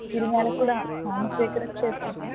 Irinjalakuda सोमशेखरक्षेत्रं